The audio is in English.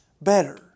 better